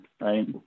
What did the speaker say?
right